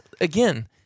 Again